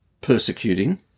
persecuting